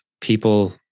people